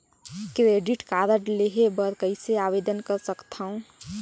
Credit card लेहे बर कइसे आवेदन कर सकथव?